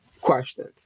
questions